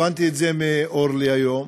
הבנתי את זה מאורלי היום,